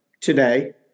today